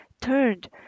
turned